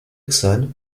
tucson